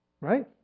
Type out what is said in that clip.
right